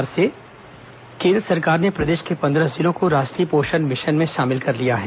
राष्ट्रीय पोषण मिशन केन्द्र सरकार ने प्रदेश के पंद्रह जिलों को राष्ट्रीय पोषण मिशन में शामिल कर लिया है